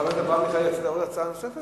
חבר הכנסת אברהם מיכאלי,